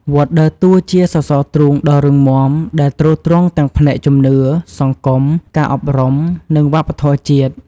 វត្តដើរតួជាសសរទ្រូងដ៏រឹងមាំ ដែលទ្រទ្រង់ទាំងផ្នែកជំនឿ សង្គម ការអប់រំ និងវប្បធម៌ជាតិ។